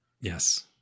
Yes